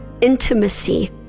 intimacy